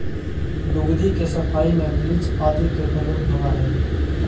लुगदी के सफाई में ब्लीच आदि के प्रयोग होवऽ हई